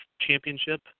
championship